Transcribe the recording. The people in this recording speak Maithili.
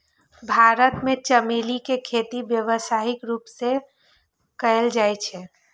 भारत मे चमेली के खेती व्यावसायिक रूप सं कैल जाइ छै